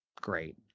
Great